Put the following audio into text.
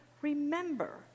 remember